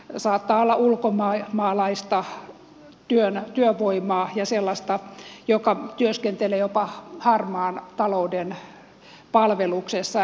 saattaa olla ulkomaalaista työvoimaa ja sellaista joka työskentelee jopa harmaan talouden palveluksessa